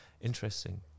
interesting